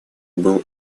был